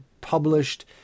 published